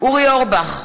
אורי אורבך,